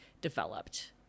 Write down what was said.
developed